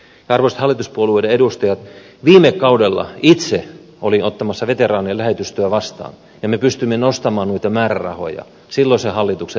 ja arvoisat hallituspuolueiden edustajat viime kaudella itse olin ottamassa veteraanien lähetystöä vastaan ja me pystyimme nostamaan niitä määrärahoja silloisen hallituksen esityksestä